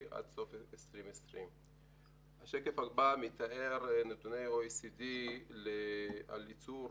עד סוף 2020. השקף הבא מתאר נתוני OECD בעניין ייצור